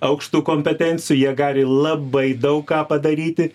aukštų kompetencijų jie gali labai daug ką padaryti